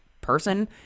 person